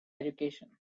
education